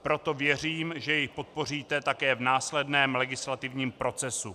Proto věřím, že jej podpoříte také v následném legislativním procesu.